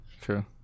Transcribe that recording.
true